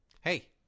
Hey